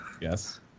Yes